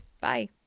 Bye